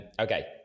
Okay